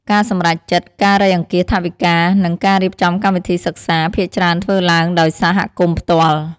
ការសម្រេចចិត្ត ការរៃអង្គាសថវិកា និងការរៀបចំកម្មវិធីសិក្សា ភាគច្រើនធ្វើឡើងដោយសហគមន៍ផ្ទាល់។